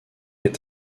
est